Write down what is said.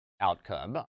outcome